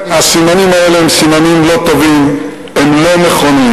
הסימנים האלה הם סימנים לא טובים, הם לא נכונים.